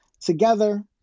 together